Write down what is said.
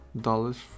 dollars